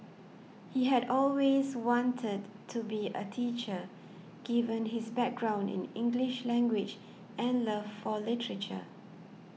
he had always wanted to be a teacher given his background in English language and love for literature